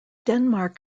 denmark